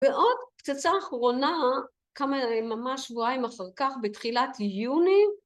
‫ועוד פצצה אחרונה, ‫כמה, ממש שבועיים אחר כך, בתחילת יוני,